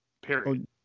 period